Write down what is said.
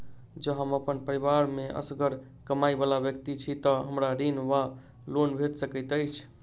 जँ हम अप्पन परिवार मे असगर कमाई वला व्यक्ति छी तऽ हमरा ऋण वा लोन भेट सकैत अछि?